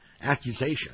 accusation